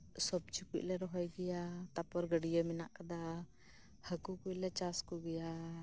ᱥᱚᱵᱽᱡᱤ ᱠᱚᱞᱮ ᱨᱚᱦᱚᱭ ᱜᱮᱭᱟ ᱛᱟᱯᱚᱨ ᱜᱟᱹᱰᱭᱟᱹ ᱢᱮᱱᱟᱜ ᱟᱠᱟᱫᱟ ᱦᱟᱠᱳ ᱠᱚᱞᱮ ᱪᱟᱥᱠᱚ ᱜᱮᱭᱟ